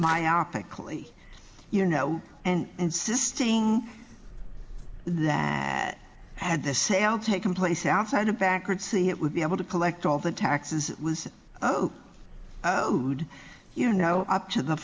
myopically you know and insisting that had the sale taken place outside of packard c it would be able to collect all the taxes was oh good you know up to the